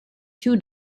two